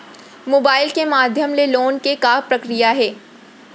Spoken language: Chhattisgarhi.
मोबाइल के माधयम ले लोन के का प्रक्रिया हे?